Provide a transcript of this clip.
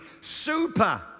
super